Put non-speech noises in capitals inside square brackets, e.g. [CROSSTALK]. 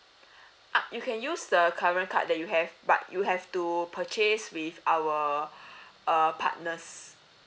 [BREATH] uh you can use the current card that you have but you have to purchase with our [BREATH] uh partners